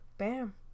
bam